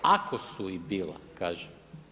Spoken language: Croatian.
Ako su i bila kažem.